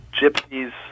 gypsies